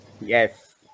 Yes